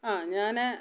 ആ ഞാൻ